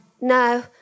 No